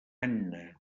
anna